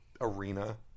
arena